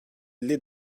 elli